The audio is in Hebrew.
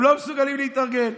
הם לא מסוגלים להתארגן.